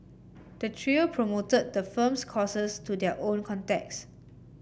the trio promoted the firm's courses to their own contacts